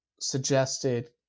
suggested